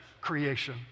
creation